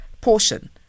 portion